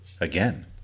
Again